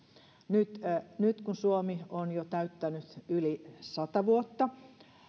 nyt nyt kun suomi on jo täyttänyt yli sata vuotta